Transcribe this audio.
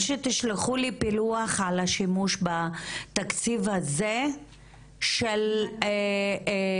שתשלחו לי פילוח על השימוש בתקציב הזה של איזה